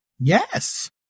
Yes